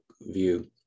view